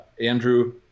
Andrew